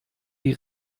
die